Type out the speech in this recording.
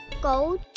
Gold